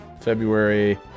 February